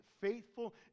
faithful